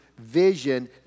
vision